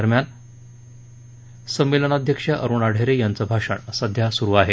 दरम्यान संमेलनाध्यक्ष अरुणा ढेरे यांचं भाषण सध्या सुरु आहे